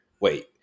wait